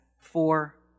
four